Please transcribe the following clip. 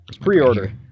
Pre-order